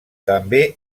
també